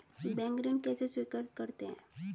Bank ऋण कैसे स्वीकृत करते हैं?